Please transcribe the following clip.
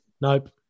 Nope